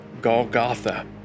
Golgotha